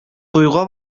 туйга